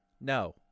no